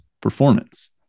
performance